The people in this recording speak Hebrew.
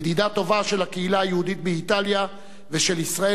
ידידה טובה של הקהילה היהודית באיטליה ושל ישראל